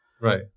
Right